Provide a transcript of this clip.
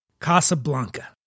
Casablanca